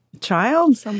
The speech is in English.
child